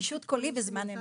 פישוט קולי בזמן אמת.